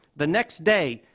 the next day,